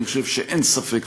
אני חושב שאין ספק,